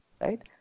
right